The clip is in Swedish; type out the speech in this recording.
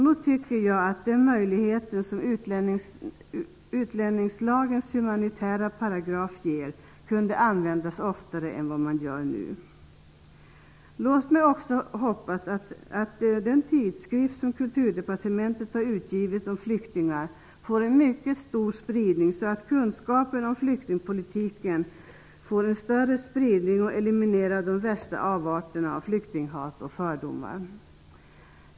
Nog tycker jag att den möjlighet som utlänningslagens humanitära paragraf ger kunde användas oftare än vad som sker nu. Låt mig till sist hoppas att den skrift om flyktingar som Kulturdepartementet utgivit får en mycket stor spridning, så att kunskapen om flyktingpolitiken blir mera utbredd och kan eliminera de värsta avarterna av flyktinghat och fördomar.